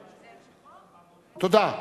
תודה.